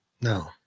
No